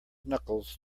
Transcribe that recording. knuckles